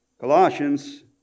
Colossians